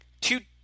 Two